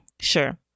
sure